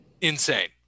Insane